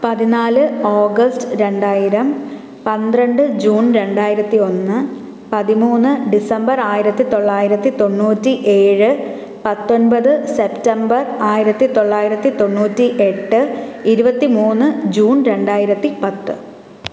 പതിനാല് ഓഗസ്റ്റ് രണ്ടായിരം പന്ത്രണ്ട് ജൂൺ രണ്ടായിരത്തി ഒന്ന് പതിമൂന്ന് ഡിസംബർ ആയിരത്തി തൊള്ളായിരത്തി തൊണ്ണൂറ്റി ഏഴ് പത്തൊൻപത് സെപ്റ്റംബർ ആയിരത്തി തൊള്ളായിരത്തി തൊണ്ണൂറ്റി എട്ട് ഇരുപത്തി മൂന്ന് ജൂൺ രണ്ടായിരത്തി പത്ത്